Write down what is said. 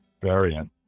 variant